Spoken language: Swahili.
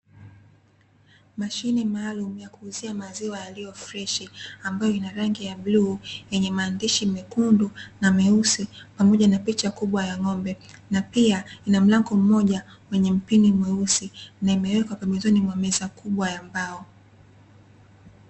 Mashine maalumu ya kuuzia maziwa yaliyo freshi, ambayo ina rangi ya bluu, yenye maandishi mekundu na meusi pamoja na picha kubwa ya ng'ombe. Na pia ina mlango mmoja wenye mpini mweusi, na imewekwa pembezoni mwa meza kubwa ya mbao.